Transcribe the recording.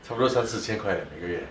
差不多三四千块 eh 一个月